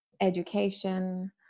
education